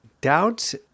doubts